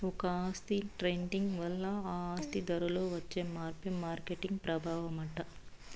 ఒక ఆస్తి ట్రేడింగ్ వల్ల ఆ ఆస్తి ధరలో వచ్చే మార్పే మార్కెట్ ప్రభావమట